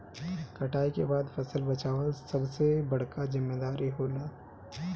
कटाई के बाद फसल बचावल सबसे बड़का जिम्मेदारी होला